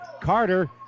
Carter